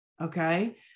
Okay